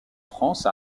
france